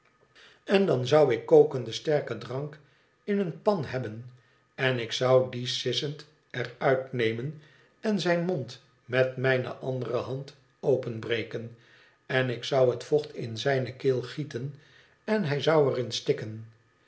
en dan zou ik kokenden sterken drank in eene pan hebben en ik zou dien sissend er uit nemen en zijn mond met mijne andere hand openbreken en ik zou het vocht in zijne keel gieten en hij zou er in stikken